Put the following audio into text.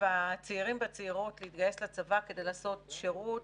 הצעירים והצעירות שיתגייסו לצבא כדי לעשות שירות,